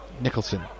Nicholson